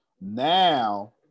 Now